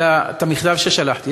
את המכתב ששלחתי.